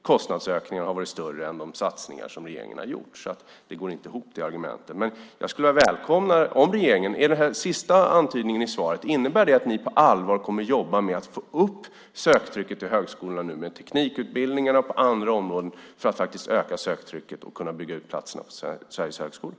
Kostnadsökningen har varit större än de satsningar som regeringen har gjort, så argumenten går inte ihop. Innebär den sista antydningen i svaret att ni på allvar kommer att jobba med att få upp söktrycket på högskolorna med teknikutbildningarna och på andra områden för att faktiskt öka söktrycket och kunna bygga ut platserna på Sveriges högskolor?